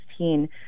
2016